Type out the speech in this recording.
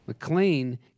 McLean